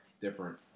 different